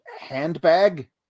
handbag